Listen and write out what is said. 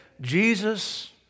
Jesus